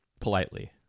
politely